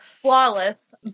flawless